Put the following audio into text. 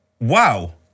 Wow